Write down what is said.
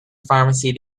pharmacy